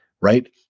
right